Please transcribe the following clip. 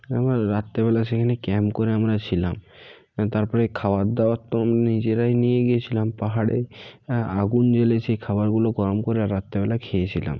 আমরা রাত্রেবেলা সেখানে ক্যাম্প করে আমরা ছিলাম এবং তারপরে খাবার দাবার তো নিজেরাই নিয়ে গিয়েছিলাম পাহাড়ে আগুন জ্বেলে সেই খাবারগুলো গরম করে রাত্রেবেলা খেয়েছিলাম